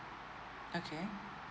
okay